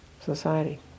society